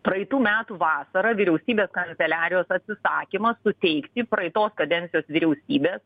praeitų metų vasarą vyriausybės kanceliarijos atsisakymas suteikti praeitos kadencijos vyriausybės